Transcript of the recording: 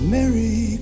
Merry